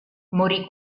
morì